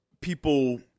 people